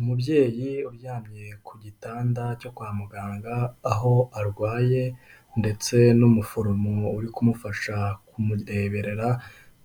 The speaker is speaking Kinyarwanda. Umubyeyi uryamye ku gitanda cyo kwa muganga, aho arwaye ndetse n'umuforomo uri kumufasha kumurebera